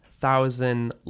Thousand